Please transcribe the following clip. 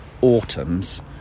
autumns